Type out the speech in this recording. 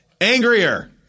Angrier